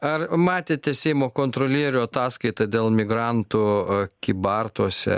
ar matėte seimo kontrolierių ataskaitą dėl migrantų kybartuose